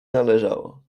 należało